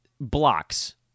blocks